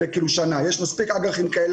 אנחנו צריכים להידרש ולראות כמה אותה